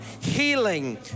Healing